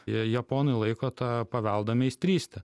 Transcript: jie japonai laiko tą paveldą meistryste